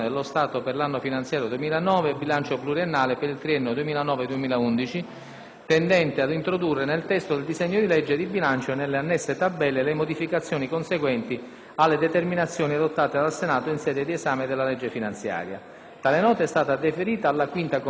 tendente ad introdurre nel testo del disegno di legge del bilancio e nelle annesse tabelle le modificazioni conseguenti alle determinazioni adottate dal Senato in sede di esame della legge finanziaria. Tale Nota è stata deferita alla 5a Commissione permanente. Ha facoltà di parlare il relatore, senatore Saia,